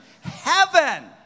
heaven